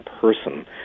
person